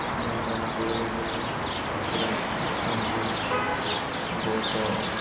ଆମ ଗାଁ ଗହଳିରେ ବି ଖୁଚୁରା ଦୋକାନ ବି ବହୁତ